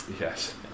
Yes